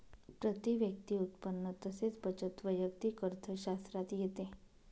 प्रती व्यक्ती उत्पन्न तसेच बचत वैयक्तिक अर्थशास्त्रात येते